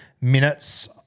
Minutes